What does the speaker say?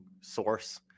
source